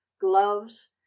gloves